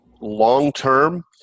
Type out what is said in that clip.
long-term